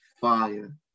fire